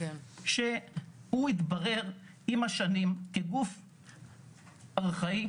הוא התברר עם השנים כגוף ארכאי,